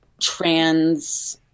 trans-